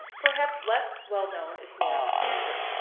perhaps less well known is morris kantor,